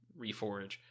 reforge